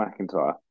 McIntyre